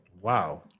wow